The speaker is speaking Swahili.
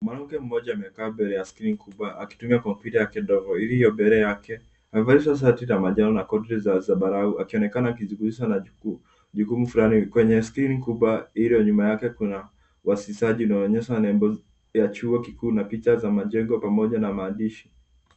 Mwanamke mmoja amekaa mbele ya skrini kubwa akitumia kompyuta yake ndogo iliyombele yake. Amevalisha shati la manjano na koti la zambarau akioneakana akijishughulisha na jukumu flani. Kwenye skrini kubwa iliyo nyuma yake kuna uwasilishaji unaoonyesha nembo ya chuo kikuu na picha za majengo pamoja na maandishi.